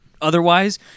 Otherwise